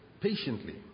patiently